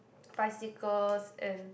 bicycles and